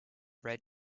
red